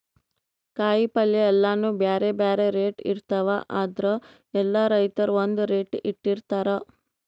ಕಾಯಿಪಲ್ಯ ಎಲ್ಲಾನೂ ಬ್ಯಾರೆ ಬ್ಯಾರೆ ರೇಟ್ ಇರ್ತವ್ ಆದ್ರ ಎಲ್ಲಾ ರೈತರ್ ಒಂದ್ ರೇಟ್ ಇಟ್ಟಿರತಾರ್